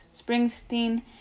Springsteen